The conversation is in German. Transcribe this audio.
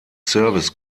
service